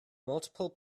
multiple